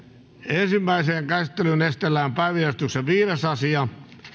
ensimmäiseen käsittelyyn esitellään päiväjärjestyksen viides asia